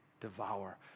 devour